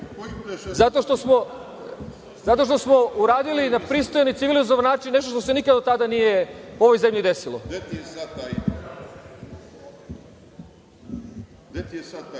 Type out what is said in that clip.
Zato što smo uradili na pristojan i civilizovan način nešto što se nikada do tada nije desilo. Sa